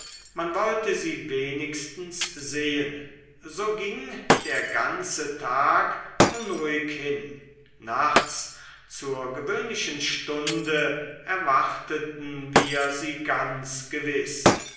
man wollte sie wenigstens sehen so ging der ganze tag unruhig hin nachts zur gewöhnlichen stunde erwarteten wir sie ganz gewiß